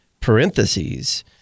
parentheses